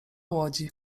łodzi